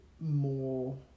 more